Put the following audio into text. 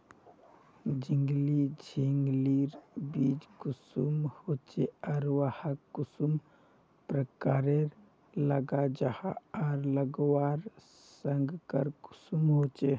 झिंगली झिंग लिर बीज कुंसम होचे आर वाहक कुंसम प्रकारेर लगा जाहा आर लगवार संगकर कुंसम होचे?